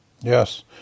Yes